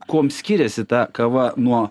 kuom skiriasi ta kava nuo